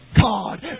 God